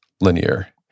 linear